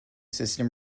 system